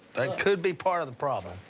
that could be part of the problem.